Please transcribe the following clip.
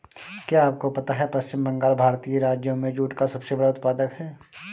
क्या आपको पता है पश्चिम बंगाल भारतीय राज्यों में जूट का सबसे बड़ा उत्पादक है?